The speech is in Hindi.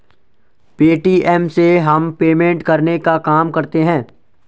पे.टी.एम से हम पेमेंट करने का काम करते है